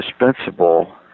indispensable